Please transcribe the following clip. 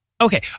Okay